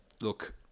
Look